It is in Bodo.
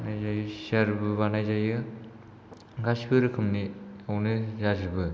बानायजायो सियार बो बानाय जायो गासिबो रोखोमनिआवनो जाजोबो